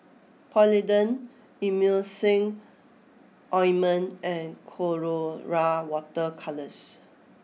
Polident Emulsying Ointment and Colora Water Colours